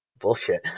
bullshit